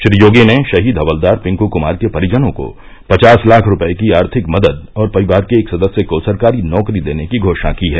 श्री योगी ने शहीद हवलदार पिंक कनार के परिजनों को पचास लाख रूपये की आर्थिक मद्द और परिवार के एक सदस्य को सरकारी नौकरी देने की घोषणा की है